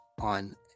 on